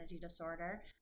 disorder